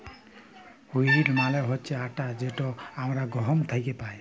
wheat মালে হছে আটা যেট আমরা গহম থ্যাকে পাই